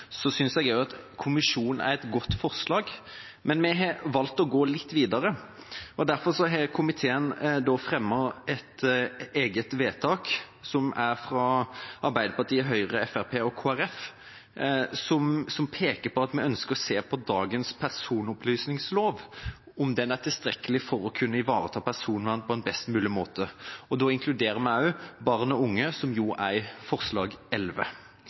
er et godt forslag, men vi har valgt å gå litt videre. Derfor har komiteens medlemmer fra Arbeiderpartiet, Høyre, Fremskrittspartiet og Kristelig Folkeparti fremmet et forslag til vedtak hvor vi peker på at vi ønsker å se på dagens personopplysningslov, om den er tilstrekkelig for å kunne ivareta personvernet på en best mulig måte. Da inkluderer vi også barn og unge, som er omtalt i